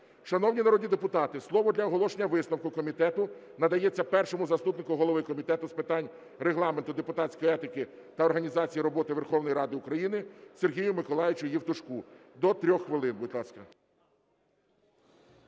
Шановні народні депутати, слово для оголошення висновку комітету надається першому заступнику голови Комітету з питань Регламенту, депутатської етики та організації роботи Верховної Ради України Сергію Миколайовичу Євтушку. До 3 хвилин, будь ласка.